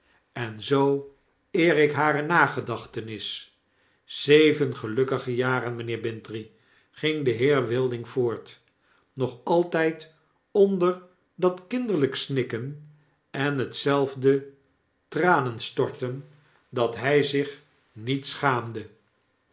en zoo eer ik hare nagedachtenis zeven gelukkige jaren mynheer bintrey ging de heer wilding voort nog altyd onder dat kinderlyk snikken en hetzelfde tranenstorten dat hij zich niet schaamde